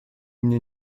мне